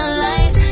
light